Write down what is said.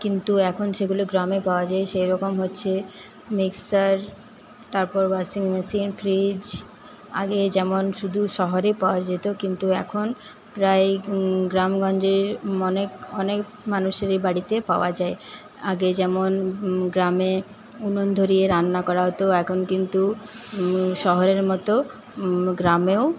কিন্তু এখন সেগুলো গ্রামে পাওয়া যায় সেরকম হচ্ছে মিক্সার তারপর ওয়াশিং মেশিন ফ্রিজ আগে যেমন শুধু শহরে পাওয়া যেতো কিন্তু এখন প্রায়ই গ্রাম গঞ্জে অনেক অনেক মানুষেরই বাড়িতে পাওয়া যায় আগে যেমন গ্রামে উনুন ধরিয়ে রান্না করা হতো এখন কিন্তু শহরের মত গ্রামেও